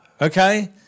Okay